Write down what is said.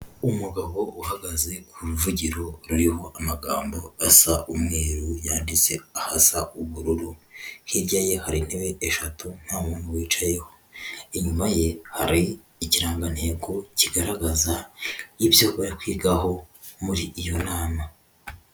Umugabo uhagaze ku ruvugiro ruriho amagambo asa umweru yanditse ahasa ubururu, hirya ye hari intebe eshatu nta muntu wicayeho, inyuma ye hari ikirangantego kigaragaza ibyo barikwigaho muri iyo nama.